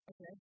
Okay